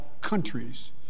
countries